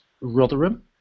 Rotherham